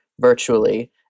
virtually